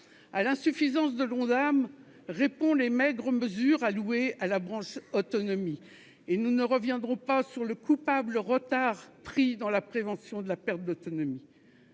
À l'insuffisance de l'Ondam répondent les maigres ressources allouées à la branche autonomie. Nous ne reviendrons pas sur le coupable retard pris dans la prévention de la perte d'autonomie.